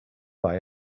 buy